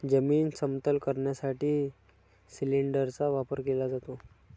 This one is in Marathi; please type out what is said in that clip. जमीन समतल करण्यासाठी सिलिंडरचा वापर केला जातो